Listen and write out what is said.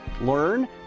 learn